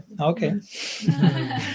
Okay